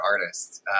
artists